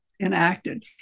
enacted